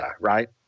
right